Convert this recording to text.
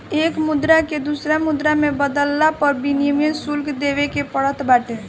एक मुद्रा के दूसरा मुद्रा में बदलला पअ विनिमय शुल्क देवे के पड़त बाटे